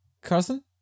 Carson